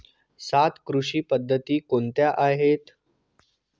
सात कृषी पद्धती कोणत्या आहेत?